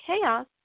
chaos